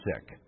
sick